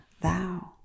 thou